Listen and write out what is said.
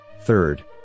Third